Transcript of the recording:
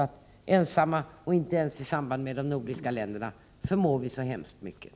Tillsammans med de övriga nordiska länderna förmår vi så hemskt mycket.